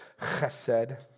chesed